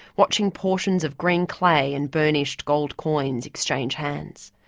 watching portions of green clay and burnished gold coins exchange hands.